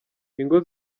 ingo